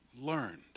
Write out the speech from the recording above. learned